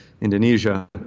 Indonesia